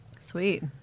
Sweet